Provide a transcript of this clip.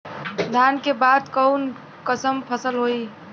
धान के बाद कऊन कसमक फसल होई?